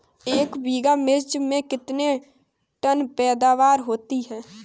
एक बीघा मिर्च में कितने टन पैदावार होती है?